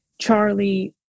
Charlie